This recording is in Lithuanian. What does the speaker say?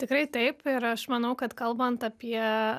tikrai taip ir aš manau kad kalbant apie